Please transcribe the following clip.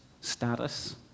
status